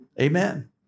Amen